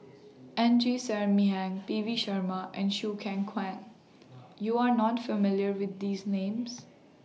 Ng Ser Miang P V Sharma and Choo Keng Kwang YOU Are not familiar with These Names